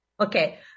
Okay